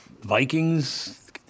Vikings